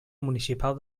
municipal